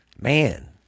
man